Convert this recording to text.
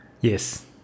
yes